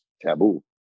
taboo